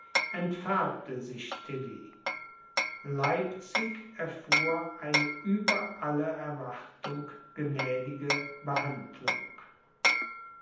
entfärbte sich tilly leipzig erfuhr eine über alle erwartung gnädige behandlung